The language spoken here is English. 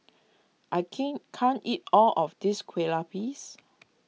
I keen can't eat all of this Kueh Lupis